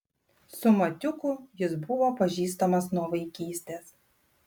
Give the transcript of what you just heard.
su matiuku jis buvo pažįstamas nuo vaikystės